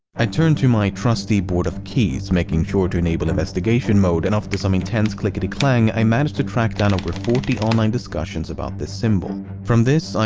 i turned to my trusty board of keys, making sure to enable investigation mode, and after some intense clickety-clang, i managed to track down over forty online discussions about this symbol. from this,